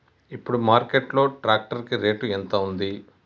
ఇప్పుడు మార్కెట్ లో ట్రాక్టర్ కి రేటు ఎంత ఉంది?